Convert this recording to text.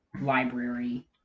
library